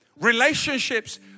relationships